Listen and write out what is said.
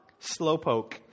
Slowpoke